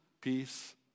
peace